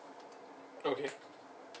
okay